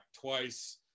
twice